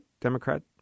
Democrat